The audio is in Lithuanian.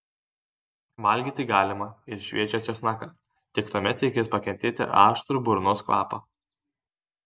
valgyti galima ir šviežią česnaką tik tuomet reikės pakentėti aštrų burnos kvapą